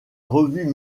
revue